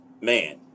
man